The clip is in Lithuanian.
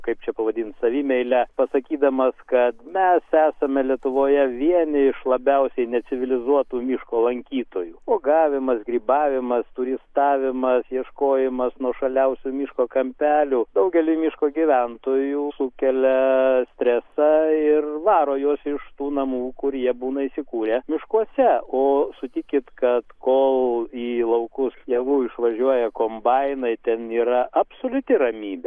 kaip čia pavadint savimeilę pasakydamas kad mes esame lietuvoje vieni iš labiausiai necivilizuotų miško lankytojų uogavimas grybavimas turistavimas ieškojimas nuošaliausių miško kampelių daugeliui miško gyventojų sukelia stresą ir varo juos iš tų namų kur jie būna įsikūrę miškuose o sutikit kad kol į laukus javų išvažiuoja kombainai ten yra absoliuti ramybė